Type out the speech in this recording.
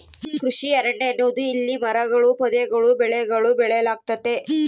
ಕೃಷಿ ಅರಣ್ಯ ಎನ್ನುವುದು ಇಲ್ಲಿ ಮರಗಳೂ ಪೊದೆಗಳೂ ಬೆಳೆಗಳೂ ಬೆಳೆಯಲಾಗ್ತತೆ